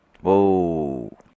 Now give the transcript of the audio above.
Whoa